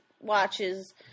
watches